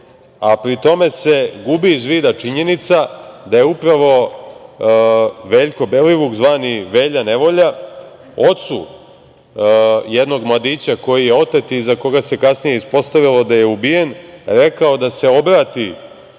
a pri tome se gubi iz vida činjenica da je upravo Veljko Belivuk, zvani Velja nevolja, ocu jednog mladića koji je otet i za koga se kasnije ispostavilo da je ubijen rekao da se obrati